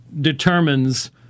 determines